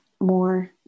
more